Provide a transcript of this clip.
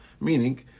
Meaning